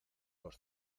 los